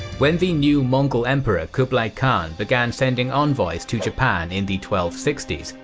when the new mongol emperor kublai khan began sending envoys to japan in the twelve sixty s,